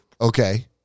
Okay